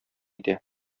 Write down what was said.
итә